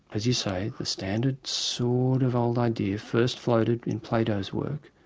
as you say, the standard sort of old idea first floated in plato's work,